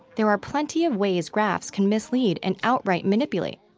there are plenty of ways graphs can mislead and outright manipulate.